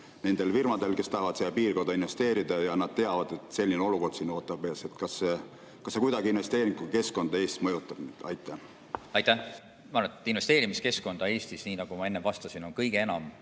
nendele firmadele, kes tahavad siia piirkonda investeerida ja teavad, et selline olukord ootab siin ees? Kas see kuidagi investeeringukeskkonda Eestis mõjutab? Aitäh! Ma arvan, et investeerimiskeskkonda Eestis, nii nagu ma enne vastasin, mõjutavad kõige enam